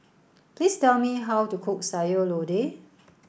please tell me how to cook Sayur Lodeh